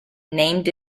named